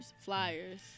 flyers